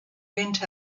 went